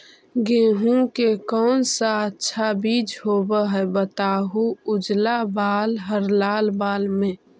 गेहूं के कौन सा अच्छा बीज होव है बताहू, उजला बाल हरलाल बाल में?